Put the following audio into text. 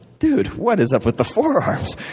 dude, what is up with the forearms?